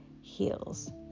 heels